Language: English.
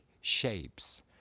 shapes